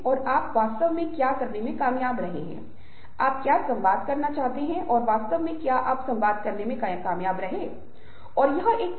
अब हम contemporary communicative environment के एक बहुत ही महत्वपूर्ण घटक पर आते हैं जो दृश्य है